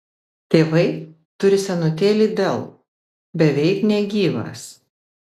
tėvai turi senutėlį dell beveik negyvas